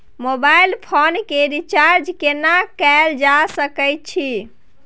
Mobile phone के recharge केना कैल जा सकै छै?